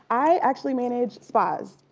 i actually manage spas,